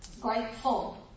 Grateful